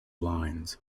lines